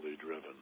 driven